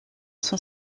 son